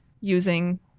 using